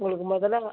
உங்களுக்கு முதல்லா